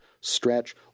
stretch